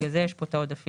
בגלל זה יש פה את העודפים.